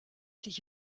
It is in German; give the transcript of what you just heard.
dich